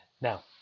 now